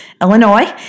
Illinois